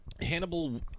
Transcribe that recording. Hannibal